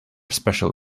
special